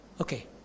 Okay